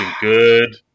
good